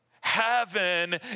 Heaven